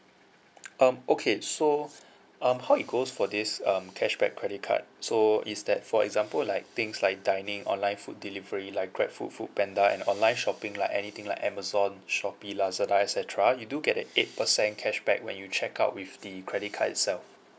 um okay so um how it goes for this um cashback credit card so is that for example like things like dining online food delivery like grabfood foodpanda and online shopping like anything like amazon shopee lazada et cetera you do get an eight percent cashback when you check out with the credit card itself